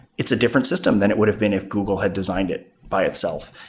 it's a different system than it would've been if google had designed it by itself.